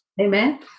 Amen